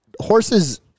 horses